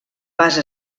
base